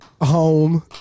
home